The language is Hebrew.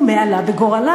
ומה עלה בגורלה,